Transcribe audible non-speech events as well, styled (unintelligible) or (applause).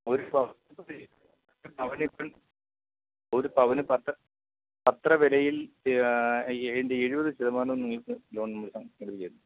ഒരു പവന് (unintelligible) ഒരു പവന് പത്ത് പത്തര വിലയിൽ അതിൻ്റെ എഴുപത് ശതമാനം നിങ്ങൾക്ക് ലോൺ നല്കാൻ ചെയ്തുതരും